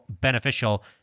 beneficial